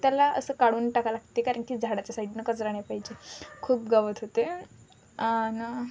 तर त्याला असं काढून टाका लागते कारण की झाडाच्या साईडनं कचरा नाही पाहिजे खूप गवत होते आणि